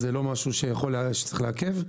זה לא משהו שצריך לעכב.